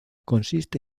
consiste